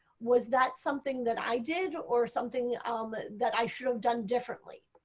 was that something that i did or something um ah that i should have done differently?